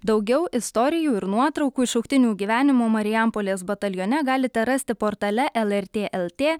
daugiau istorijų ir nuotraukų iš šauktinių gyvenimo marijampolės batalione galite rasti portale lrt lt